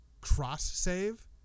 cross-save